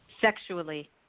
sexually